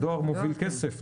הדואר מוביל כסף.